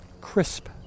crisp